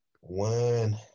One